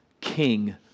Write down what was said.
King